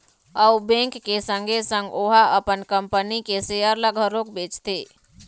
अउ बेंक के संगे संग ओहा अपन कंपनी के सेयर ल घलोक बेचथे